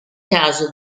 caso